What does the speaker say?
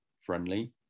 friendly